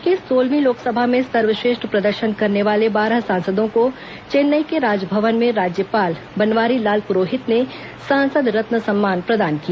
देश की सोलहवीं लोकसभा में सर्वश्रेष्ठ प्रदर्शन करने वाले बारह सांसदों को चेन्नई के राजभवन में राज्यपाल बनवारी लाल पुरोहित ने सांसद रत्न सम्मान प्रदान किया